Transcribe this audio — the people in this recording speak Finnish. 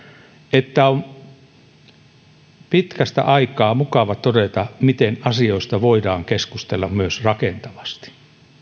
että on pitkästä aikaa mukava todeta miten asioista voidaan keskustella myös rakentavasti